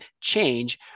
change